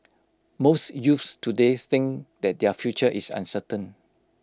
most youths today think that their future is uncertain